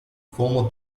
formal